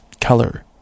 color